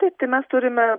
taip tai mes turime